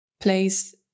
place